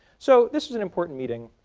so this was an important meeting,